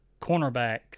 cornerback